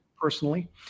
personally